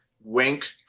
wink